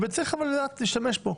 צריך אבל לדעת להשתמש בו,